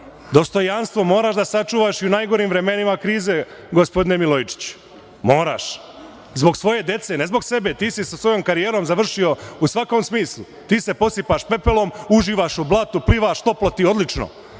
malo. Dostojanstvo moraš da sačuvaš i u najgorim vremenima krize, gospodine Milojičiću, moraš zbog svoje dece, ne zbog sebe. Ti sa svojom karijerom završio u svakom smislu. Ti se posipaš pepelom, uživaš u blatu, plivaš, toplo ti, odlično,